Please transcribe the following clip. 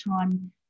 time